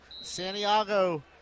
Santiago